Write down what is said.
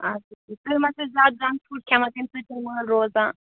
اَچھا ٹھیٖک تُہۍ ما چھُو زیادٕ جَنٛک فُڈ کھٮ۪وان تَمہِ سۭتۍ چھُنہٕ مٲل روزان